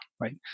right